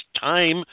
time